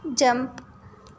jump